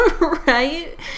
Right